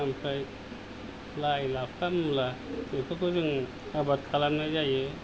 ओमफ्राय लाय लाफा मुला बेफोरखौ जों आबाद खालामनाय जायो